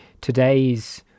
today's